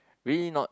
really not